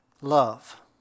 love